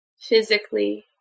physically